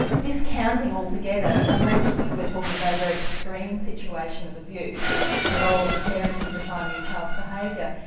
discounting altogether unless we're talking about a very extreme situation of abuse the role of the parent in defining a child's behaviour.